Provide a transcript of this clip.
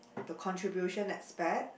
the contribution aspect